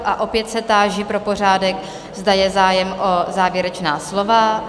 A opět se táži pro pořádek, zda je zájem o závěrečná slova?